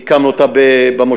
הקמנו אותה במושבה,